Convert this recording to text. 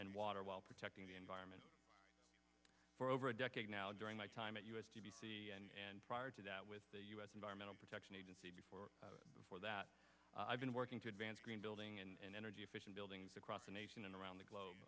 and water while protecting the environment for over a decade now during my time at u s and prior to that with the u s environmental protection agency before before that i've been working to advance green building and energy efficient buildings across the nation and around the globe